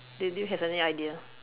then do you have any idea